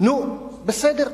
נו, בסדר.